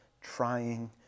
trying